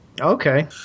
okay